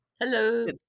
Hello